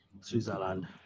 Switzerland